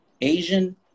asian